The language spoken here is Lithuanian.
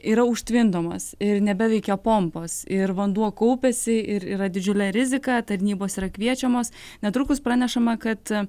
yra užtvindomas ir nebeveikia pompos ir vanduo kaupiasi ir yra didžiulė rizika tarnybos yra kviečiamos netrukus pranešama kad